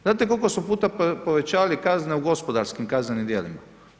Znate koliko smo puta povećavali kazne u gospodarskim kaznenim djelima?